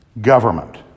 government